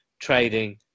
trading